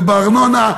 בארנונה,